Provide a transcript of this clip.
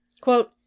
Quote